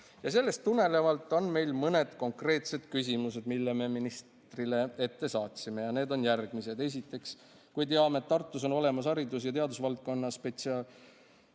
Sellest tulenevalt on meil mõned konkreetsed küsimused, mille me ministrile ette saatsime, ja need on järgmised. Esiteks: "Kui teame, et Tartus on olemas haridus- ja teadusvaldkonna spetsialistide